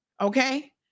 Okay